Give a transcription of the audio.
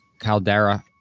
Caldera